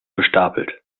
gestapelt